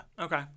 Okay